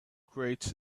creates